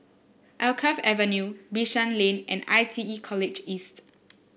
Alkaff Avenue Bishan Lane and I T E College East